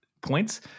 points